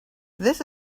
this